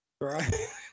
Right